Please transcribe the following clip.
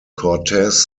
cortez